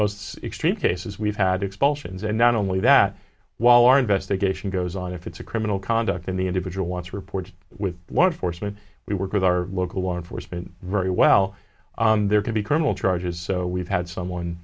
most extreme cases we've had expulsions and not only that while our investigation goes on if it's a criminal conduct in the individual wants reports with what foresman we work with our local law enforcement very well there could be criminal charges so we've had someone